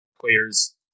players